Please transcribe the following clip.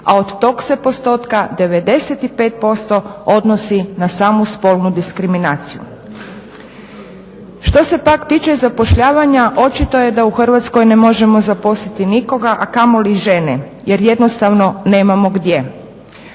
a od tog se postotka 95% odnosi na samu spolnu diskriminaciju. Što se pak tiče zapošljavanja očito je da u Hrvatskoj ne možemo zaposliti nikoga, a kamoli žene jer jednostavno nemamo gdje.